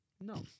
no